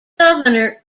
governor